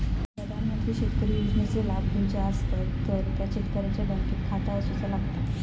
प्रधानमंत्री शेतकरी योजनेचे लाभ घेवचो असतात तर त्या शेतकऱ्याचा बँकेत खाता असूचा लागता